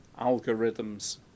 algorithms